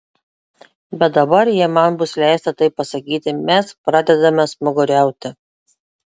bet dabar jei man bus leista taip pasakyti mes pradedame smaguriauti